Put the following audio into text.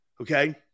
okay